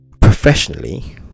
professionally